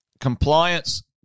compliance